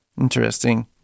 interesting